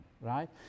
right